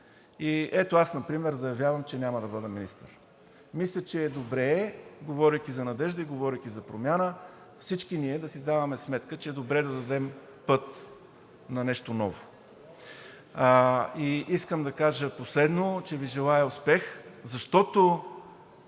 И ето, аз тук заявявам, че няма да бъда министър. Мисля, че е добре, говорейки за надежда, говорейки за промяна, всички ние да си даваме сметка, че е добре да дадем път на нещо ново. И искам да кажа последно, че Ви желая успех, защото